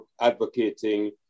advocating